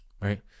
right